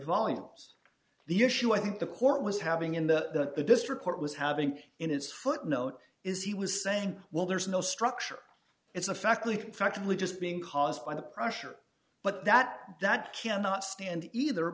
volumes the issue i think the court was having in the district court was having in his footnote is he was saying well there is no structure it's a fact like fact really just being caused by the pressure but that that cannot stand either